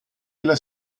della